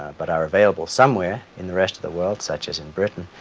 but are available somewhere in the rest of the world, such as in britain,